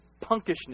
punkishness